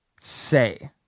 say